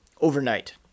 overnight